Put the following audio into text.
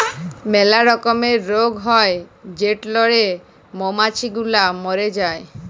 ম্যালা রকমের রগ হ্যয় যেটরলে মমাছি গুলা ম্যরে যায়